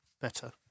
better